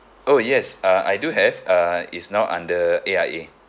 oh yes uh I do have uh it's now under A_I_A